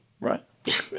right